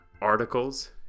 articles